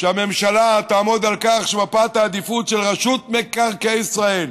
שהממשלה תעמוד על כך שמפת העדיפות של רשות מקרקעי ישראל,